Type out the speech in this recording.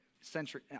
century